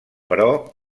però